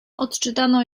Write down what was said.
odczytano